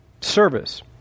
service